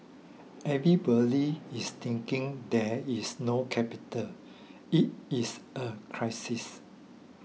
everybody is thinking there is no capital it is a crisis